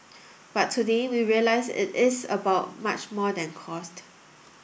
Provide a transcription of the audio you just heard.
but today we realise it is about much more than cost